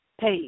page